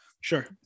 Sure